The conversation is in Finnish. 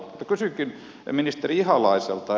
kysynkin ministeri ihalaiselta